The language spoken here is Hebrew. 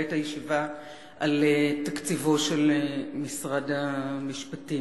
בעת הישיבה על תקציבו של משרד המשפטים,